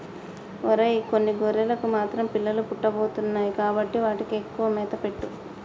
ఒరై కొన్ని గొర్రెలకు మాత్రం పిల్లలు పుట్టబోతున్నాయి కాబట్టి వాటికి ఎక్కువగా మేత పెట్టు